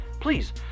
please